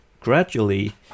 gradually